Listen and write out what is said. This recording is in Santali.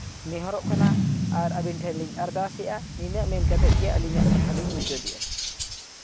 ᱱᱮᱦᱚᱨᱚᱜ ᱠᱟᱱᱟ ᱟᱨ ᱟᱹᱵᱤᱱ ᱴᱷᱮᱱ ᱞᱤᱧ ᱟᱨᱫᱟᱥᱮᱜᱼᱟ ᱱᱤᱱᱟᱹᱜ ᱢᱮᱱ ᱠᱟᱛᱮᱫ ᱜᱮ ᱟᱹᱞᱤᱧᱟᱜ ᱠᱟᱛᱷᱟᱞᱤᱧ ᱢᱩᱪᱟᱹᱫᱮᱜᱼᱟ